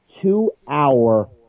two-hour